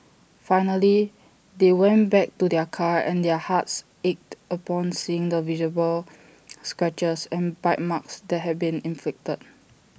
finally they went back to their car and their hearts ached upon seeing the visible scratches and bite marks that had been inflicted